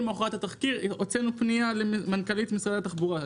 למחרת התחקיר הוצאנו פנייה למנכ"לית משרד התחבורה.